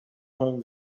home